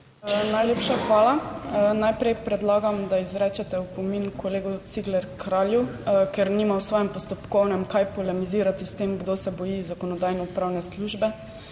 Najlepša hvala. Najprej predlagam, da izrečete opomin kolegu Cigler Kralju, ker nima v svojem postopkovnem kaj polemizirati s tem, kdo se boji Zakonodajno-pravne službe.